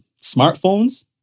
smartphones